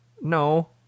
No